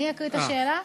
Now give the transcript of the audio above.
אני אקריא את השאלה?